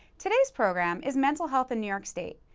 today's program is mental health in new york state,